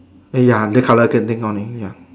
ya the colour getting on it ya